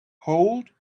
hold